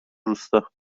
روستا